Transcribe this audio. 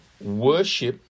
worship